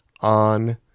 on